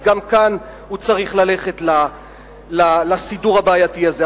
גם כאן הוא צריך ללכת לסידור הבעייתי הזה.